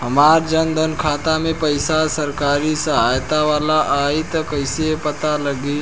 हमार जन धन खाता मे पईसा सरकारी सहायता वाला आई त कइसे पता लागी?